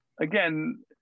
again